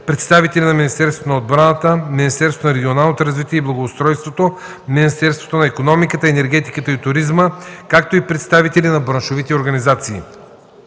представители на Министерството на отбраната, Министерството на регионалното развитие и благоустройството, Министерството на икономиката, енергетиката и туризма, както и представители на браншовите организации.